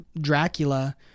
Dracula